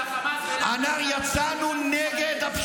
יצאנו נגד הטבח המחריד של 7 באוקטובר מהשנייה הראשונה.